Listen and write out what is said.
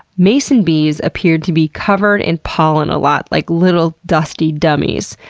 mason bees appear to be covered in pollen a lot. like little dusty dummies.